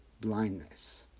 blindness